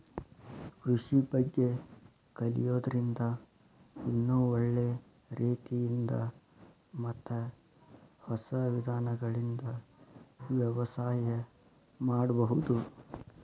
ಕೃಷಿ ಬಗ್ಗೆ ಕಲಿಯೋದ್ರಿಂದ ಇನ್ನೂ ಒಳ್ಳೆ ರೇತಿಯಿಂದ ಮತ್ತ ಹೊಸ ವಿಧಾನಗಳಿಂದ ವ್ಯವಸಾಯ ಮಾಡ್ಬಹುದು